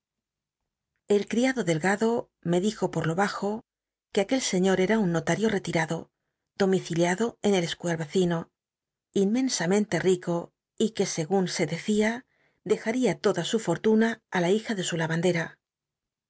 el criado delgado me dijo por lo bajo que aquel sciíor era un notario retirado domiciliadó en el squarc vecino inmensamente rico y que segun se dccia dejaria loda su fortuna t la hija de su lal'andcra